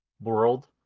world